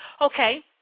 okay